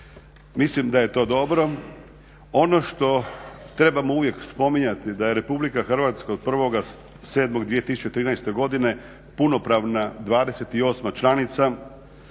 Mislim da je to dobro. Ono što trebamo uvijek spominjati da je Republika Hrvatska od 1.7.2013. godine punopravna 28 članica,